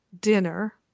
dinner